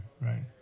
right